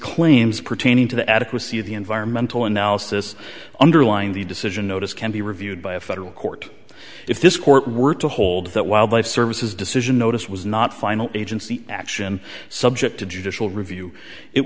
claims pertaining to the adequacy of the environmental analysis underlying the decision notice can be reviewed by a federal court if this court were to hold that wildlife services decision notice was not final agency action subject to judicial review it